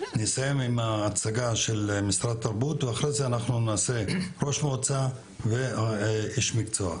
נסיים עם ההצגה של משרד התרבות ולאחר מכן נעשה ראש מועצה ואיש מקצוע.